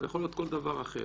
או יכול להיות כל דבר אחר.